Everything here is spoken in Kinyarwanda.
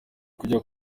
kujya